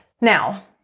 Now